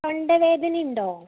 തൊണ്ട വേദനയുണ്ടോ